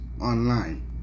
online